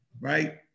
right